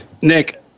Nick